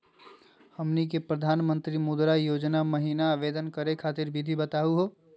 हमनी के प्रधानमंत्री मुद्रा योजना महिना आवेदन करे खातीर विधि बताही हो?